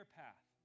path